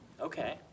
Okay